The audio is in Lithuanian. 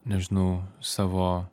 nežinau savo